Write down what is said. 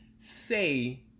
say